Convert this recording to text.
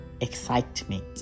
excitement